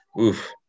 oof